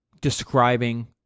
describing